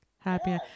Happy